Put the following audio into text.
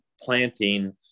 planting